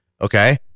okay